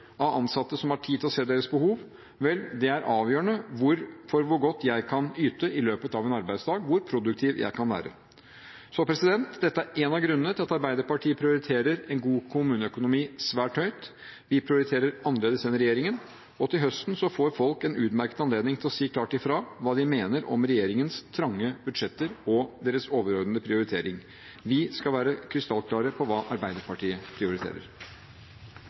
av ansatte som har tid til å se deres behov, er avgjørende for hvor godt jeg kan yte i løpet av en arbeidsdag, for hvor produktiv jeg kan være. Dette er en av grunnene til at Arbeiderpartiet prioriterer en god kommuneøkonomi svært høyt. Vi prioriterer annerledes enn regjeringen, og til høsten får folk en utmerket anledning til å si klart fra hva de mener om regjeringens trange budsjetter og deres overordnede prioritering. Vi skal være krystallklare på hva Arbeiderpartiet prioriterer.